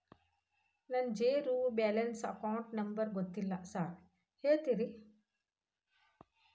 ನನ್ನ zero balance account number ಗೊತ್ತಿಲ್ಲ sir ಹೇಳ್ತೇರಿ?